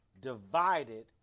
divided